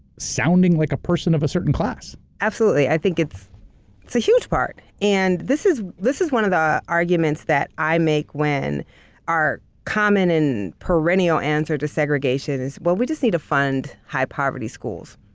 sounding like a person of a certain class. absolutely. i think it's it's a huge part. and this is this is one of the arguments that i make when our common and perennial answer to segregation is, well, we just need to fund high-poverty schools.